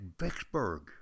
Vicksburg